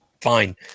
Fine